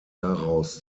daraus